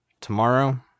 tomorrow